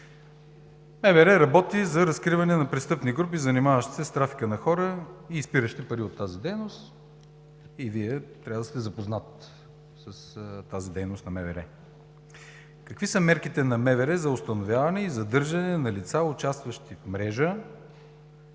МВР работи за разкриване на престъпни групи, занимаващи се с трафика на хора и изпиращи пари от тази дейност, и Вие трябва да сте запознат с тази дейност на МВР. Какви са мерките на МВР за установяване и задържане на лицата, участващи в мрежа